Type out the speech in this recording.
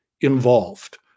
involved